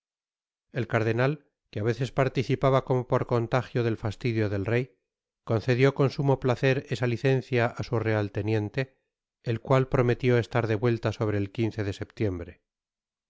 el cardenal que á veces participaba como por contagio del fastidio del rey concedió con sumó placer esa licencia ásu real teniente el cual prometió estar de vuelta sobre el de setiembre